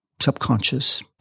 subconscious